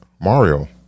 Mario